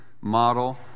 model